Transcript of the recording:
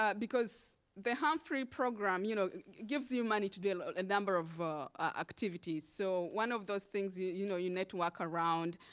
ah because the humphrey program you know gives you money to do a number of activities, so one of those things. you you know you network around.